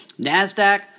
Nasdaq